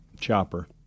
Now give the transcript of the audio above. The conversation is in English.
chopper